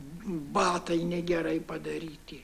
batai negerai padaryti